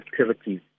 activities